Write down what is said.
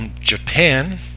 Japan